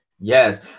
Yes